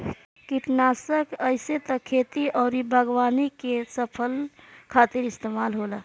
किटनासक आइसे त खेती अउरी बागवानी के फसल खातिर इस्तेमाल होला